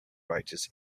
writers